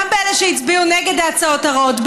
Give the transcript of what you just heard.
גם באלה שהצביעו נגד ההצעות הרעות,